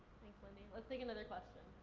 let's take another question.